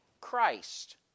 Christ